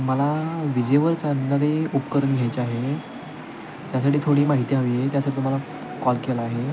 मला विजेवर चालणारे उपकरण घ्यायचे आहे त्यासाठी थोडी माहिती हवी आहे त्यासाठी तुम्हाला कॉल केला आहे